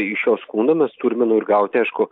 į šio skundo mes turime nu ir gauti aišku